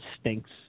stinks